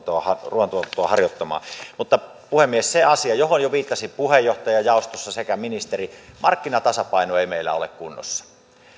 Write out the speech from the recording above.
ruoantuotantoa harjoittamaan mutta puhemies se asia johon jo viittasivat puheenjohtaja jaostossa sekä ministeri markkinatasapaino ei meillä ole kunnossa